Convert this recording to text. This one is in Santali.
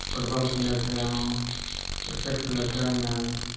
ᱯᱷᱩᱴᱵᱚᱞ ᱠᱷᱮᱞᱳᱰ ᱨᱮᱦᱚᱸ ᱠᱨᱤᱠᱮᱹᱴ ᱠᱷᱮᱞᱳᱰ ᱨᱮ ᱮᱢᱟᱱ